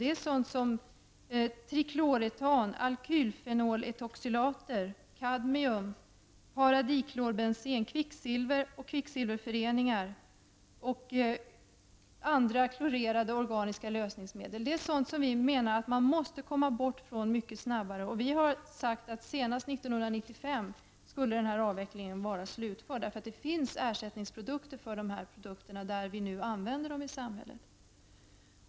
Det är ämnen som trikloretan, alkylfenoletoxylater, kadmium, paradiklorbensen, kvicksilver, kvicksilverföreningar och andra klorerade organiska lösningsmedel. Vi menar att man mycket snabbare måste komma bort från dessa medel. Vi har uttalat att denna avveckling skall vara slutförd senast 1995. Det finns ersättningsprodukter för dessa kemikalier, där de nu används i samhället.